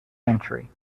century